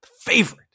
favorite